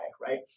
right